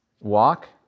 Walk